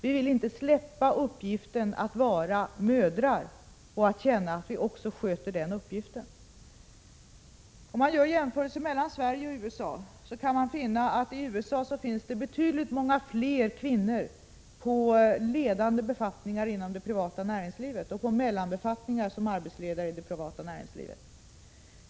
Vi vill inte släppa uppgiften att vara mödrar utan vill känna att vi också sköter den saken. Om man gör en jämförelse mellan Sverige och USA, kan man finna att det i USA finns betydligt mycket fler kvinnor på ledande befattningar och på mellanbefattningar som arbetsledare inom det privata näringslivet.